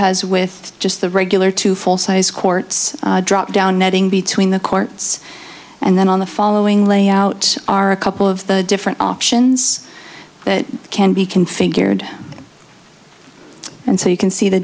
has with just the regular two full size courts drop down netting between the courts and then on the following layout are a couple of the different options that can be configured and so you can see the